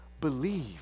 believe